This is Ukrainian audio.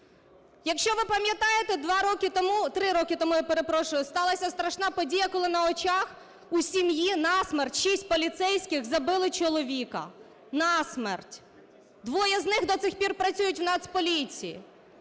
3 роки тому, я перепрошую, сталася страшна подія, коли на очах у сім'ї на смерть 6 поліцейських забили чоловіка. На смерть! Двоє з них до цих пір працюють в Нацполіції.